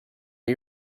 new